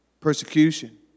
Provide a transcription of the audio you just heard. Persecution